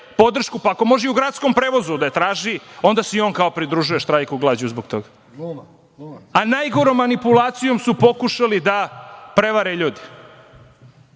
podršku, pa ako može i u gradskom prevozu da je traži, onda se i on kao pridružuje štrajku glađu zbog toga. Najgorom manipulacijom su pokušali da prevare ljude.